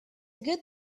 good